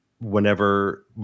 whenever